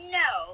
no